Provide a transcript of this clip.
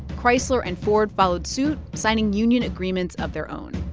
chrysler and ford followed suit, signing union agreements of their own.